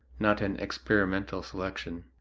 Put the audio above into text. not an experimental selection.